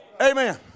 Amen